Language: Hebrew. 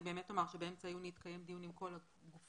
אני באמת אומר שבאמצע יוני התקיים דיון עם כל הגופים